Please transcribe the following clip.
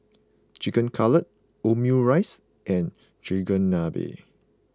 Chicken Cutlet Omurice and Chigenabe